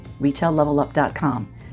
retaillevelup.com